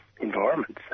environments